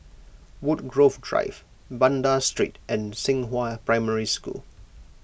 Woodgrove Drive Banda Street and Xinghua Primary School